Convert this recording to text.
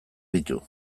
ditu